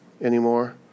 anymore